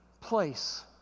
place